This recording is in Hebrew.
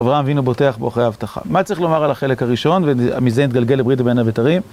אברהם אבינו בוטח בו אחרי ההבטחה. מה צריך לומר על החלק הראשון ומזה נתגלגל לברית בין הבתרים?